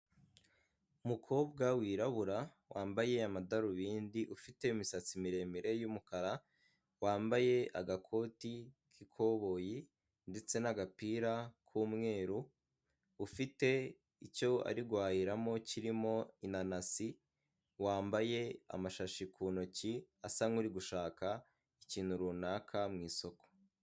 Umukobwa wirabura wambaye amadarubindi, ufite imisatsi miremire y'umukara, wambaye agakoti k'ikoboyi ndetse n'agapira k'umweru, ufite icyo ari guhahiramo kirimo inanasi, wambaye amashashi ku ntoki asa nkuri gushaka ikintu runaka mu isoko.